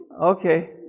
Okay